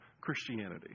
Christianity